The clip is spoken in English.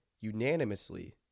unanimously